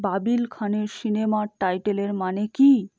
বাবিল খানের সিনেমার টাইটেলের মানে কী